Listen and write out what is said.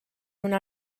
una